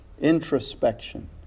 introspection